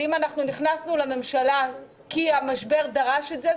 ואם נכנסו לממשלה כי המשבר דרש את זה,